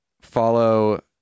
follow